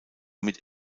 mit